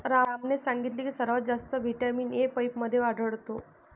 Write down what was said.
रामने सांगितले की सर्वात जास्त व्हिटॅमिन ए पपईमध्ये आढळतो